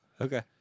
Okay